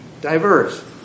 diverse